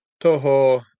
Toho